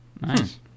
Nice